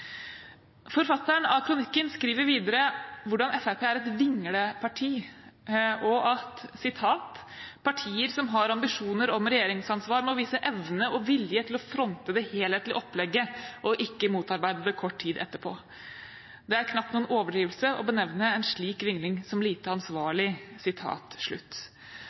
Forfatteren av kronikken skriver videre hvordan Fremskrittspartiet er et «vingleparti», og at «partier som har ambisjoner om regjeringsansvar, må vise evne og vilje til å fronte det helhetlige opplegget og ikke motarbeide det kort tid etterpå Det er knapt noen overdrivelse å benevne en slik vingling som lite ansvarlig».